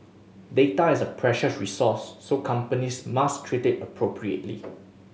data is a precious resource so companies must treat it appropriately